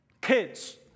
Kids